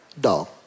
Dog